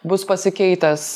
bus pasikeitęs